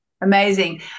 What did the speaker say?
Amazing